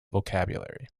vocabulary